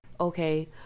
Okay